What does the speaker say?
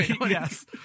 yes